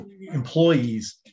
employees